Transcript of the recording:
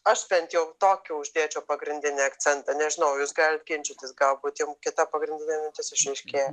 aš bent jau tokį uždėčiau pagrindinį akcentą nežinau jūs galit ginčytis galbūt jum kita pagrindinė mintis išaiškėja